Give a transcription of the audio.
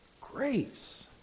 grace